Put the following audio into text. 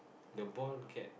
the ball get